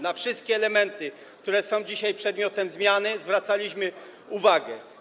Na wszystkie elementy, które są dzisiaj przedmiotem zmiany, zwracaliśmy uwagę.